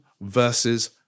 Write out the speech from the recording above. versus